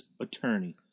attorney